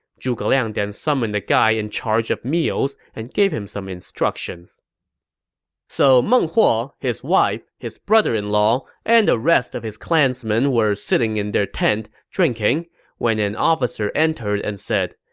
zhuge liang then summoned the guy in charge of meals and gave him some instructions so meng huo, his wife, his brother-in-law, and the rest of his clansmen were sitting in their tent drinking when an officer entered and said,